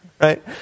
right